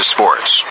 Sports